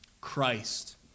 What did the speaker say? Christ